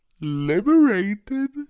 liberated